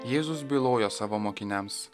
jėzus bylojo savo mokiniams